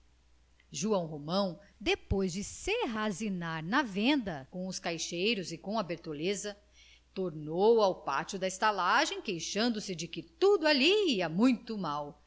joão romão depois de serrazinar na venda com os caixeiros e com a bertoleza tornou ao pátio da estalagem queixando-se de que tudo ali ia muito mal